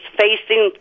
facing